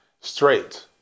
Straight